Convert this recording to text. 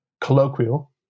colloquial